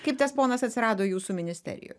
kaip tas ponas atsirado jūsų ministerijoj